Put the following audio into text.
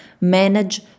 manage